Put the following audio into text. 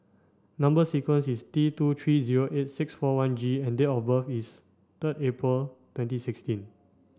number sequence is T two three zero eight six four one G and date of birth is third April twenty sixteen